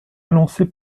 annoncé